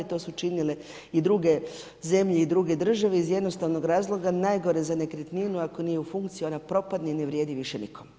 To su činile i druge zemlje i druge države, iz jednostavnog razloga, najgore za nekretninu, ako nije u funkciji, ona propadne i ne vrijedi više nikom.